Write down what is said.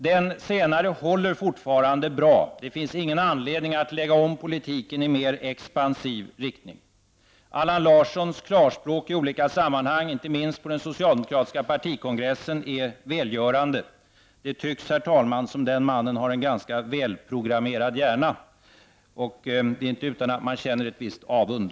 Den senare håller fortfarande bra. Det finns ingen anledning att lägga om politiken i en mer expansiv riktning. Allan Larssons klarspråk i olika sammanhang, inte minst på den socialdemokratiska partikonkgressen, är välgörande. Det tycks, herr talman, som om den mannen har en ganska välprogrammerad hjärna och det är inte utan att man känner en viss avund.